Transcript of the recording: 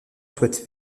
souhaite